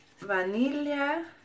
vanilla